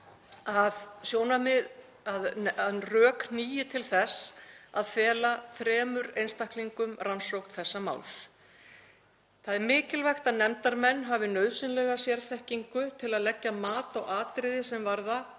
að rök hnígi til þess að fela þremur einstaklingum rannsókn þessa máls. Það er mikilvægt að nefndarmenn hafi nauðsynlega sérþekkingu til að leggja mat á atriði sem varða